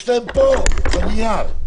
יש להם פה, בנייר.